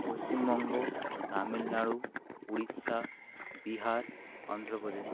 Paschimbanga Tamil Nadu Orissa Bihar Andhra Pradesh